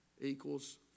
equals